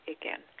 again